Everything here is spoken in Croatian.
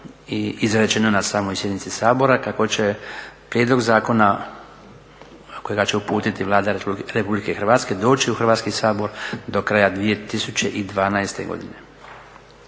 i izrečeno na samoj sjednici Sabora kako će prijedlog zakona kojega će uputiti Vlada Republike Hrvatske doći u Hrvatski sabor do kraja 2012. godine.